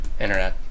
Internet